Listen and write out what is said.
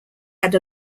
had